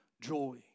joy